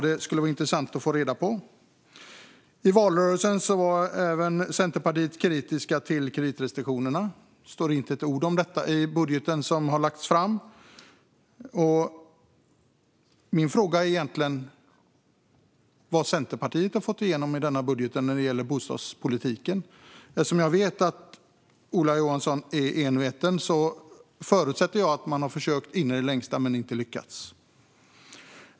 Det skulle vara intressant att få reda på vilket som gäller. I valrörelsen var Centerpartiet även kritiskt till kreditrestriktionerna. Det står inte ett ord om detta i den budget som har lagts fram. Min fråga gäller egentligen vad Centerpartiet har fått igenom i denna budget när det gäller bostadspolitiken. Eftersom jag vet att Ola Johansson är enveten förutsätter jag att man har försökt in i det längsta men inte lyckats.